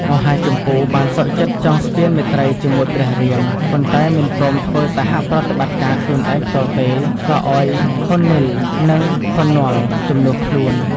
មហាជម្ពូ បានសុខចិត្តចងស្ពានមេត្រីជាមួយព្រះរាម ប៉ុន្តែមិនព្រមធ្វើសហប្រតិបត្តិការខ្លួនឯងផ្ទាល់ទេ ក៏ឱ្យខុននីល និងខុននលជំនួសខ្លួន។